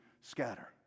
scatter